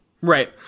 Right